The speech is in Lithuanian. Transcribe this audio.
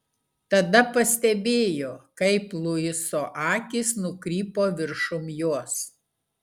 tada pastebėjo kaip luiso akys nukrypo viršum jos